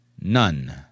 none